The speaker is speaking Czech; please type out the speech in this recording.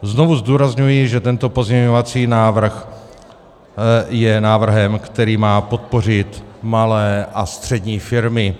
Znovu zdůrazňuji, že tento pozměňovací návrh je návrhem, který má podpořit malé a střední firmy.